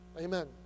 Amen